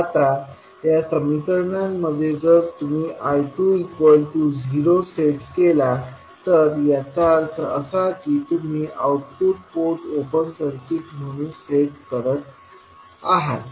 आता या समीकरणांमध्ये जर तुम्ही I20 सेट केला तर याचा अर्थ असा की तुम्ही आउटपुट पोर्ट ओपन सर्किट म्हणून सेट करत आहात